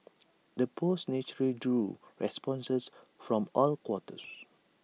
the post naturally drew responses from all quarters